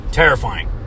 terrifying